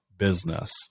business